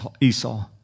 Esau